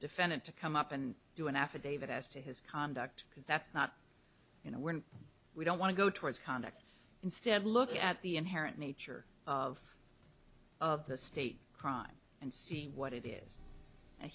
defendant to come up and do an affidavit as to his conduct because that's not you know when we don't want to go towards conduct instead look at the inherent nature of of the state crime and see what it is a